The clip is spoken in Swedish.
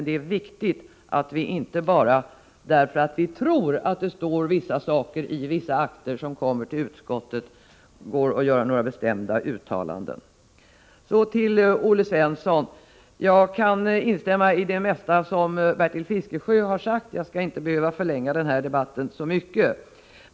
Det är viktigt att vi inte bara därför att vi tror att det står vissa saker i vissa akter som kommer till utskottet går åstad och gör bestämda uttalanden. Så till Olle Svensson. Jag kan instämma i det mesta som Bertil Fiskesjö har sagt. Jag skall därför inte behöva förlänga den här debatten så mycket.